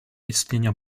istnienia